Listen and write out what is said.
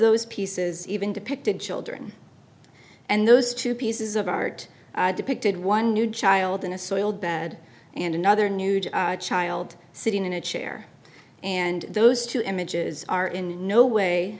those pieces even depicted children and those two pieces of art depicted one new child in a soiled bed and another new to child sitting in a chair and those two images are in no way